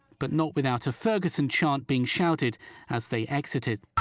but not without a ferguson chant being shouted as they exited.